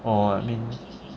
oh I mean